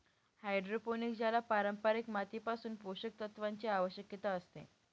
hydroponic ज्याला पारंपारिक मातीपासून पोषक तत्वांची आवश्यकता असते